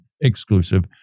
exclusive